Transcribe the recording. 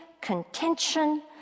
contention